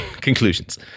conclusions